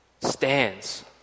stands